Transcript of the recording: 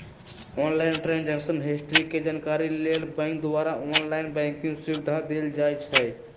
online transaction history के जानकारी लेल बैंक द्वारा ऑनलाइन बैंकिंग सुविधा देल जाइ छइ